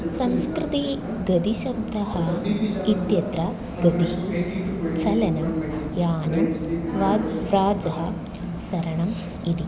संस्कृते गतिशब्दः इत्यत्र गतिः चलनं यानं वाक् व्राजः चरणम् इति